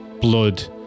blood